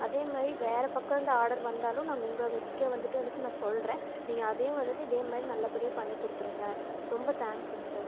அதேமாதிரி வேறு பக்கம் இருந்து ஆர்டர் வந்தாலும் நாங்கள் உங்கள் மெஸ்க்கே வந்துட்டு வந்துட்டு நான் சொல்கிறேன் நீங்கள் அதையும் வந்துட்டு இதேமாதிரி நல்லபடியாக பண்ணி கொடுத்துருங்க ரொம்ப தேங்க்ஸ்ங்க சார்